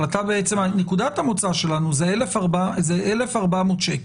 אבל נקודת המוצא שלנו זה 1,400 שקל,